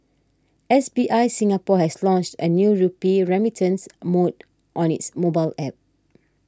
S B I Singapore has launched a new rupee remittance mode on its mobile App